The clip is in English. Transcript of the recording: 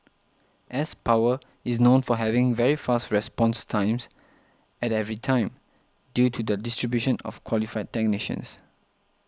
s Power is known for having very fast response times at every time due to their distribution of qualified technicians